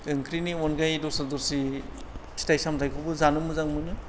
ओंख्रिनि अनगायै दस्रा दस्रि फिथाय सामथायखौबो जानो मोजां मोनो